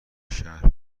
شهر